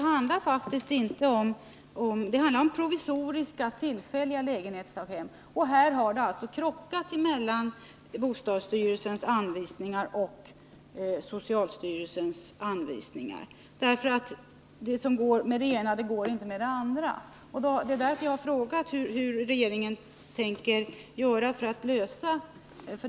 Herr talman! Det handlar om tillfälliga lägenhetsdaghem, och här har alltså bostadsstyrelsens och socialstyrelsens anvisningar krockat, därför att det som går med det ena går inte med det andra. Det är därför jag har frågat vad regeringen tänker göra för att lösa detta.